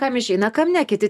kam išeina kam ne kiti